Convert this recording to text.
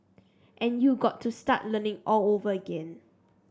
and you got to start learning all over again